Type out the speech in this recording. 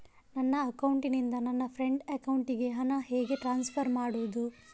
ನನ್ನ ಅಕೌಂಟಿನಿಂದ ನನ್ನ ಫ್ರೆಂಡ್ ಅಕೌಂಟಿಗೆ ಹಣ ಹೇಗೆ ಟ್ರಾನ್ಸ್ಫರ್ ಮಾಡುವುದು?